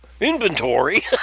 Inventory